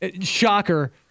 Shocker